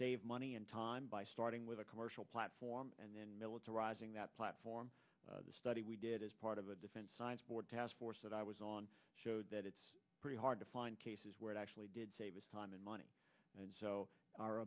save money and time by starting with a commercial platform and then militarizing that platform to study we did as part of a defense science board task force that i was on showed that it's pretty hard to find cases where it actually did save time and money and so our